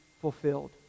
fulfilled